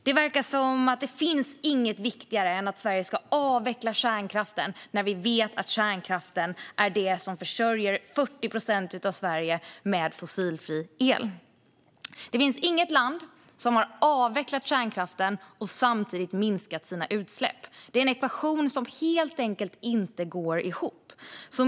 Det verkar inte finnas något viktigare än att Sverige ska avveckla kärnkraften, när vi vet att kärnkraften är det som försörjer 40 procent av Sverige med fossilfri el. Det finns inget land som har avvecklat kärnkraften och samtidigt minskat sina utsläpp. Det är en ekvation som helt enkelt inte går ihop.